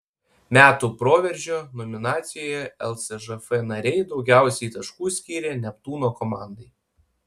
metų proveržio nominacijoje lsžf nariai daugiausiai taškų skyrė neptūno komandai